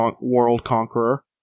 world-conqueror